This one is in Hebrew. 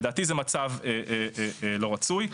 לדעתי זה מצב לא רצוי.